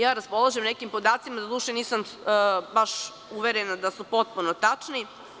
Ja raspolažem nekim podacima, doduše nisam baš uverena da su potpuno tačni.